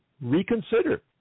reconsider